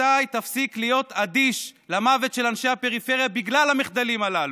מתי תפסיק להיות אדיש למוות של אנשי הפריפריה בגלל המחדלים הללו?